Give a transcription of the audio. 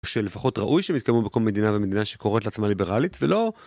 שלפחות ראוי שהם יתקבלו במקום מדינה במדינה שקוראת לעצמה ליברלית ולא...